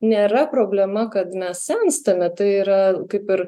nėra problema kad mes senstame tai yra kaip ir